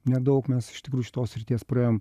nedaug mes iš tikrųjų šitos srities praėjom